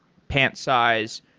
pant size,